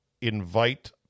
invite